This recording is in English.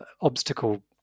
obstacle